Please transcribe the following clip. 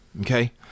Okay